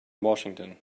washington